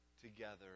together